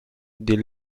des